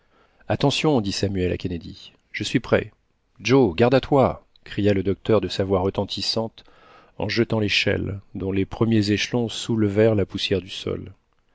attention dit samuel à kennedy je suis prêt joe garde à toi cria le docteur de sa voix retentissante en jetant l'échelle dont les premiers échelons soulevèrent la poussière du sol